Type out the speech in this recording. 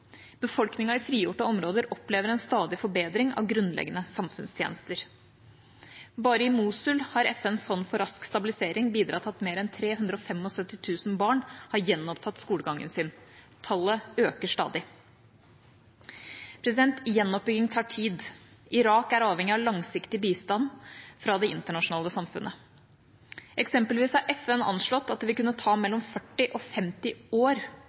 i frigjorte områder opplever en stadig forbedring av grunnleggende samfunnstjenester. Bare i Mosul har FNs fond for rask stabilisering bidratt til at mer enn 375 000 barn har gjenopptatt skolegangen sin. Tallet øker stadig. Gjenoppbygging tar tid. Irak er avhengig av langsiktig bistand fra det internasjonale samfunnet. Eksempelvis har FN anslått at det vil kunne ta mellom 40 og 50 år